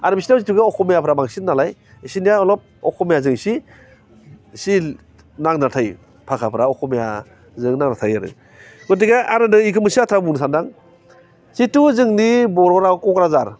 आरो बिसिनाव जिथु अस'मियाफोरा बांसिन नालाय बिसोरनिया अलप अस'मियाजों इसे इसे नांदेरना थायो भासाफ्रा अस'मियाजों नांनानै थायो आरो गथिखे आरो नै बेखौ मोनसे बाथ्रा बुंनो सानदां जिथु जोंनि बर' राव क'क्राझार